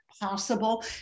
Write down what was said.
possible